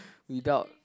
without